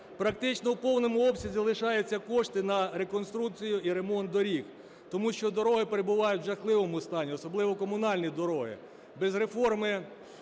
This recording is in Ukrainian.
Практично в повному обсязі лишаються кошти на реконструкцію і ремонт доріг, тому що дороги перебувають у жахливому стані, особливо комунальні дороги. Без реформи